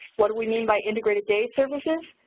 what do we mean by integrated day services?